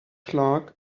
clark